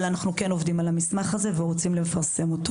אבל אנחנו כן עובדים על המסמך הזה ורוצים לפרסם אותו.